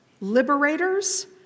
liberators